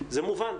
זה מובן.